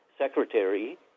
secretary